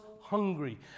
hungry